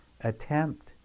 attempt